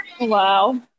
Wow